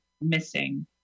missing